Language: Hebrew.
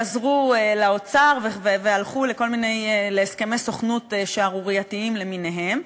חזרו לאוצר והלכו להסכמי סוכנות שערורייתיים למיניהם.